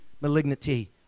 Malignity